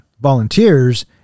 volunteers